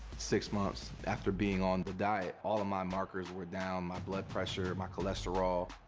six months after being on the diet, all of my markers were down, my blood pressure, my cholesterol.